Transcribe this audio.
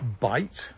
bite